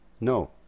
no